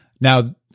now